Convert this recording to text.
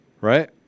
Right